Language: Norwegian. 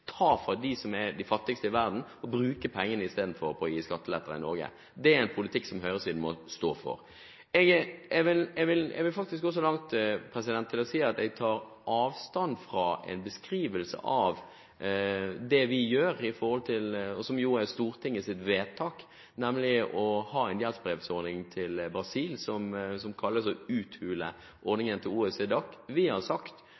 ta fra dem som er de fattigste i verden, og istedenfor bruke pengene på å gi skatteletter i Norge. Det er en politikk høyresiden må stå for. Jeg vil faktisk gå så langt som å si at jeg tar avstand fra en beskrivelse av det vi gjør – og som er Stortingets vedtak – nemlig å ha en gjeldsbrevordning til Brasil, som en uthuling av ordningen til OECD/DAC. Vi har sagt at vi selvfølgelig vil følge OECD/DACs regler, for vi er ikke opptatt av å uthule